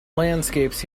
landscapes